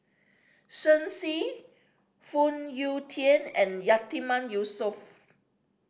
Shen Xi Phoon Yew Tien and Yatiman Yusof